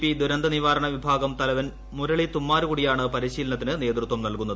P ദുരന്തനിവാരണ വിഭാഗം തലവൻ മുരളി തുമ്മാരുകുടിയാണ് പരിശീലനത്തിന് നേതൃത്വം നൽകുന്നത്